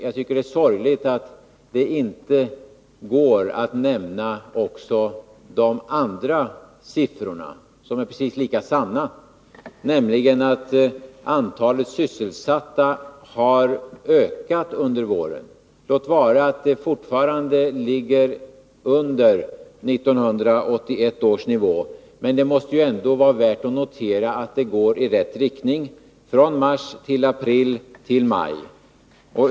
Jag tycker det är sorgligt, Anna-Greta Leijon, att det inte går att nämna också de andra siffrorna, som är precis lika sanna, nämligen att antalet sysselsatta har ökat under våren — låt vara att vi fortfarande ligger under 1981 års nivå. Det måste ändå vara värt att notera att det går i rätt riktning från mars till april och från april till maj.